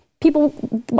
people